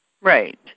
Right